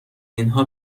اینها